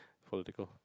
political